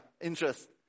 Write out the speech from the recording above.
interest